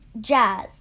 jazz